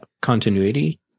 continuity